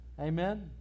Amen